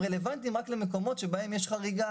הם רלוונטיים רק למקומות שבהם יש חריגה